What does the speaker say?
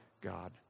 God